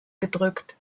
gedrückt